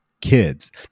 kids